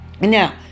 Now